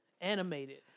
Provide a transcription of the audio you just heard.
animated